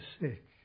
sick